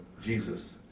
Jesus